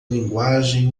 linguagem